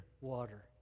water